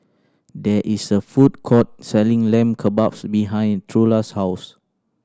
there is a food court selling Lamb Kebabs behind Trula's house